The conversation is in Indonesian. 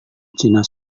cina